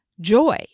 joy